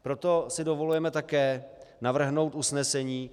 Proto si dovolujeme také navrhnout usnesení.